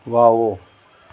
wow